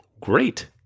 Great